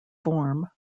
form